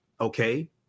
okay